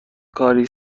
کاری